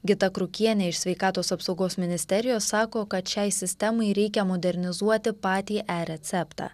gita krukienė iš sveikatos apsaugos ministerijos sako kad šiai sistemai reikia modernizuoti patį e receptą